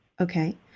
Okay